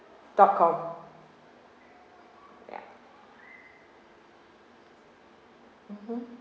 dot com ya mmhmm